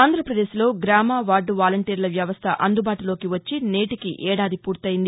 ఆంధ్రప్రదేశ్ లో గ్రామ వార్డు వలంటీర్ల వ్యవస్థ అందుబాటులోకి వచ్చి నేటికి ఏడాది పూర్తయింది